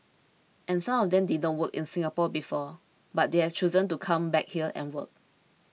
and some of them did work in Singapore before but they've chosen to come back here and work